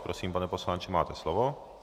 Prosím, pane poslanče, máte slovo.